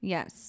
Yes